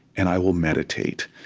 and i will meditate,